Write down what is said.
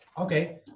Okay